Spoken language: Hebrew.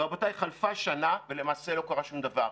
ורבותיי, חלפה שנה, ולמעשה לא קרה שום דבר.